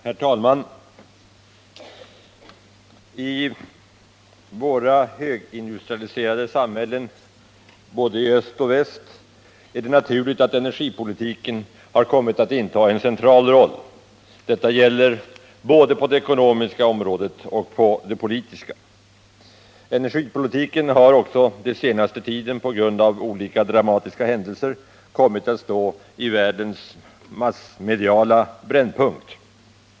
Herr talman! I våra högindustrialiserade samhällen — både i öst och i väst — är det naturligt att energipolitiken har kommit att inta en central roll. Detta gäller både på det ekonomiska och på det politiska området. Energipolitiken har också under den senaste tiden på grund av olika dramatiska händelser kommit att stå i världens massmediala brännpunkt.